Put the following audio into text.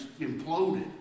imploded